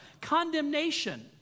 condemnation